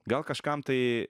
gal kažkam tai